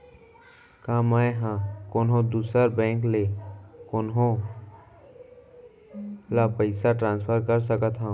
का मै हा कोनहो दुसर बैंक ले कोनहो ला पईसा ट्रांसफर कर सकत हव?